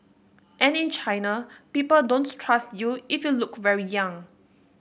and in China people don't trust you if you look very young